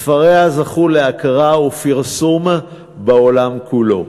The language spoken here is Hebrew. ספריה זכו להכרה ופרסום בעולם כולו.